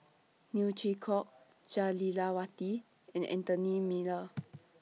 Neo Chwee Kok Jah Lelawati and Anthony Miller